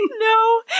No